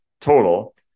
total